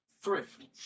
thrift